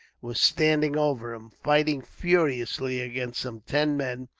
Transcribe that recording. was standing over him, fighting furiously against some ten men,